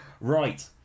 right